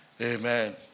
Amen